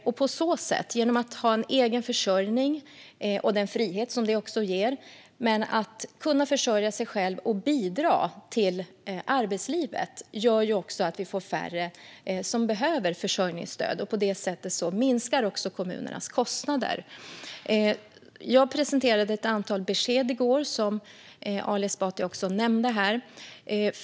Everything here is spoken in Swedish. När människor har en egen försörjning, med den frihet detta ger, och kan bidra till arbetslivet får vi också färre som behöver försörjningsstöd. På det sättet minskar också kommunernas kostnader. Jag presenterade ett antal besked i går, som Ali Esbati nämnde.